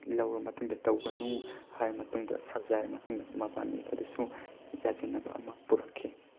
ꯂꯧꯔ ꯃꯇꯨꯡꯗ ꯇꯧꯒꯅꯨ ꯍꯥꯏꯔ ꯃꯇꯨꯡꯗ ꯁꯝꯖꯥꯏꯔ ꯃꯇꯨꯡꯗ ꯃꯕꯥꯟꯅꯤ ꯑꯗꯨꯁꯨ ꯌꯥꯁꯤꯟꯅꯕ ꯑꯃ ꯄꯨꯔꯛꯈꯤ